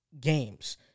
games